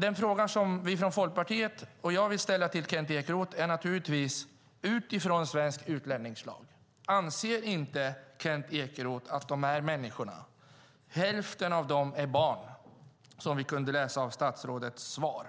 Den fråga jag och Folkpartiet vill ställa till Kent Ekeroth är: Anser inte Kent Ekeroth att de här människorna - vi kunde läsa i statsrådets svar